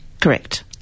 Correct